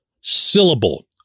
syllable